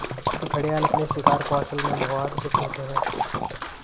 घड़ियाल अपने शिकार कौशल में बहुत गुप्त होते हैं